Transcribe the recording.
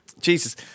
Jesus